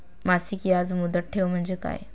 मासिक याज मुदत ठेव म्हणजे काय?